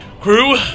Crew